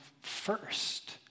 first